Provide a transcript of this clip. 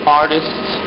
artist's